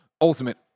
ultimate